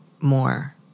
more